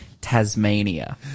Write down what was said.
Tasmania